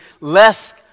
less